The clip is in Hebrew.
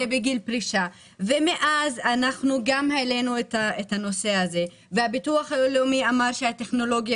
מאז אנחנו עלינו את הנושא הזה והביטוח הלאומי אמר שהטכנולוגיה